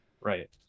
right